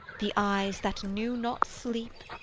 the eyes that knew not sleep,